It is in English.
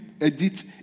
edit